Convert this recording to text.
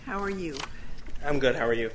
how are you i'm good how are you